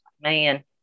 man